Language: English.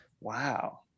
wow